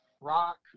rock